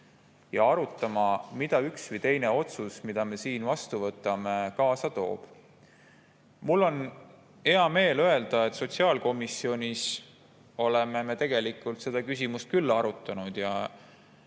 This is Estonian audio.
ja arutama, mida üks või teine otsus, mida me siin vastu võtame, kaasa toob. Mul on hea meel öelda, et sotsiaalkomisjonis oleme me tegelikult seda küsimust arutanud ja